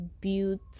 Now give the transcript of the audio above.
built